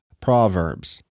proverbs